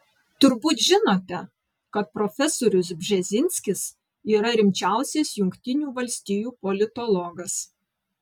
turbūt žinote kad profesorius bžezinskis yra rimčiausias jungtinių valstijų politologas